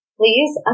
Please